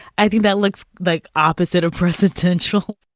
i think that looks, like, opposite of presidential